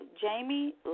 Jamie